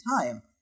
time